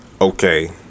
okay